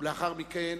ולאחר מכן,